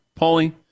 Paulie